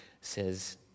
says